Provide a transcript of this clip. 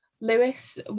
Lewis